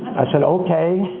i said, okay,